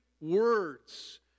words